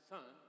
Son